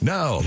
Now